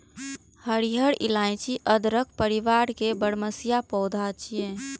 हरियर इलाइची अदरक परिवार के बरमसिया पौधा छियै